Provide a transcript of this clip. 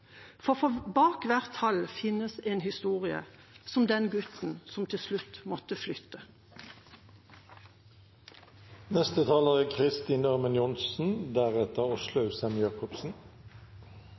For bak hvert tall finnes en historie, som den om gutten som til slutt måtte flytte. Det er